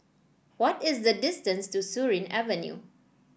what is the distance to Surin Avenue